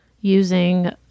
using